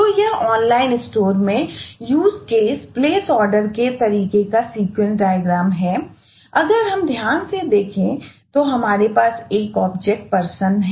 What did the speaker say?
तो यह online store भेजता है